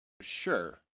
sure